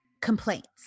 complaints